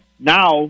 Now